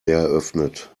eröffnet